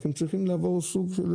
רק הם צריכים לעבור בדיקה.